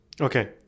Okay